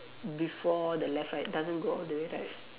before the left right doesn't go all the way right